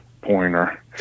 pointer